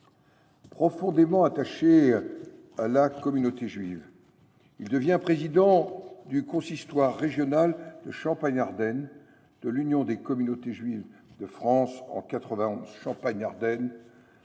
Profondément attaché à la communauté juive, il devient président du consistoire régional de Champagne Ardenne de l’Union des communautés juives de France en 1991 – Champagne Ardenne,